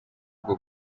ubwo